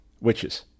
witches